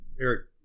Eric